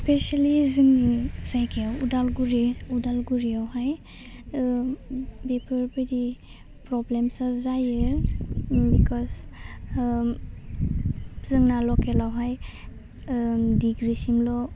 specially जोंनि जायगायाव अदालगुरि अदालगुरिआवहाय ओह बेफोरबादि प्रब्लेमसा जायो बिकस ओम जोंना लकेलावहाय ओम डिग्रिसिमल'